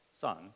son